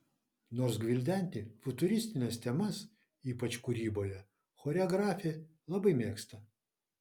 nors gvildenti futuristines temas ypač kūryboje choreografė labai mėgsta